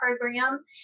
program